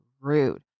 rude